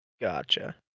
Gotcha